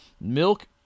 milk